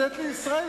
הכנסת לא אישרה,